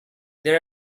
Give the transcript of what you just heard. there